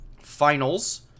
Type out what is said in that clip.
finals